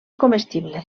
comestible